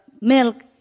milk